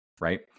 right